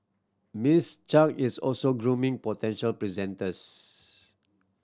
Miss Chang is also grooming potential presenters